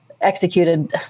Executed